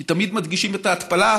כי תמיד מדגישים את ההתפלה,